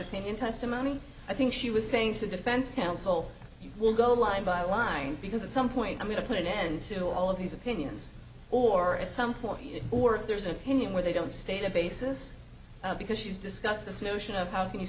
in testimony i think she was saying to defense counsel you will go line by line because at some point i'm going to put an end to all of these opinions or at some point or if there's an opinion where they don't state a basis because she's discussed this notion of how can you